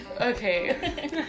Okay